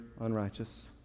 unrighteous